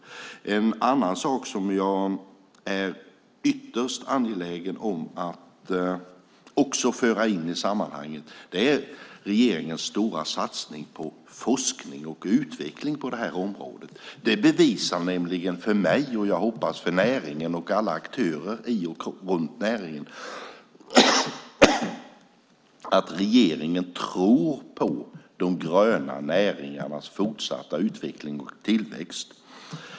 En annan sak som jag är ytterst angelägen om att föra in i sammanhanget är regeringens stora satsning på forskning och utveckling på det här området. Det bevisar nämligen för mig, och jag hoppas för näringen och alla aktörer runt om näringen, att regeringen tror på de gröna näringarnas fortsatta utveckling och tillväxt.